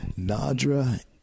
Nadra